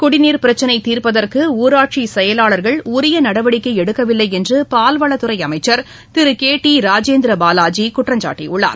குடிநீர் பிரச்சினை தீர்ப்பதற்கு ஊராட்சி செயலாளர்கள் உரிய நடவடிக்கை எடுக்கவில்லை என்று பால்வளத்துறை அமைச்சர் திரு கே டி ராஜேந்திர பாலாஜி குற்றம்சாட்டியுள்ளார்